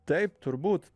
taip turbūt